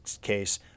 case